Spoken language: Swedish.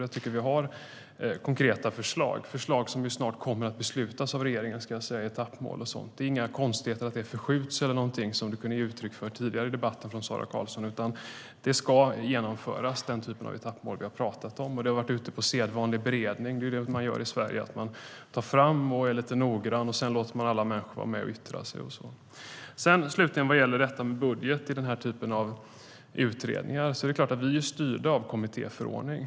Jag tycker att vi har konkreta förslag, förslag som snart kommer att beslutas av regeringen vad gäller etappmål och annat. Det är inga konstigheter att det förskjuts, som man kunde få intryck av tidigare i debatten från Sara Karlsson, utan den typ av etappmål som vi har pratat om ska genomföras. Det har varit ute på sedvanlig beredning. Det är så man gör i Sverige. Man tar fram förslag och är lite noggrann, och sedan låter man alla människor vara med och yttra sig. Slutligen vad gäller detta med budget till den här typen av utredningar: Det är klart att vi är styrda av kommittéförordningen.